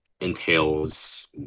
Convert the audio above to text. entails